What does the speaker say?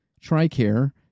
TRICARE